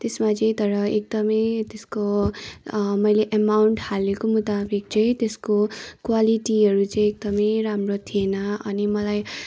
त्यसमा चाहिँ तर एकदमै त्यसको मैले एमाउन्ट हालेको मुताबिक चाहिँ त्यसको क्वालिटीहरू चाहिँ एकदमै राम्रो थिएन अनि मलाई